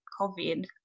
COVID